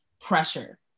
pressure